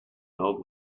now